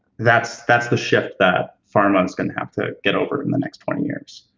that's that's the shift that pharma's gonna have to get over in the next twenty years.